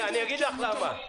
אני אגיד לך למה.